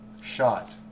shot